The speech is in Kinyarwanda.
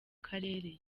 karere